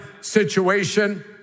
situation